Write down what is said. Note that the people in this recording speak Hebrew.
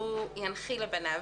שהוא ינחיל לבניו.